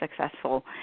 successful